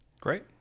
Great